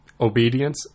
obedience